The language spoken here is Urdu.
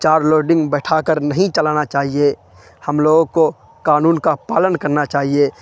چار لوڈنگ بیٹھا کر نہیں چلانا چاہیے ہم لوگوں کو کانون کا پالن کرنا چاہیے